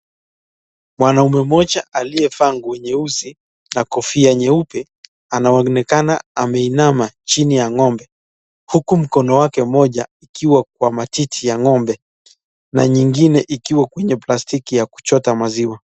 Mwanaume moja aliye vaa nguo nyeusi na kofia nyeupe, anaonekana ameinama chini ya ngombe huku mkono wake moja ikiwa kwa matiti ya ng'ombe na nyingine ikiwa kwenye plastiki ya kuchota maziwa.